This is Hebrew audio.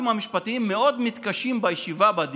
מכל מיני סיבות: תפסיק את הישיבה.